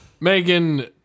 megan